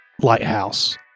lighthouse